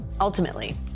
Ultimately